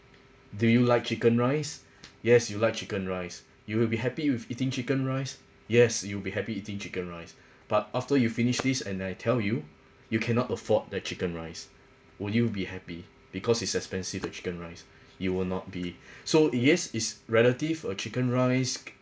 do you like chicken rice yes you like chicken rice you will be happy with eating chicken rice yes you will be happy eating chicken rice but after you finish this and I tell you you cannot afford the chicken rice will you be happy because it's expensive the chicken rice you will not be so yes it's relative uh chicken rice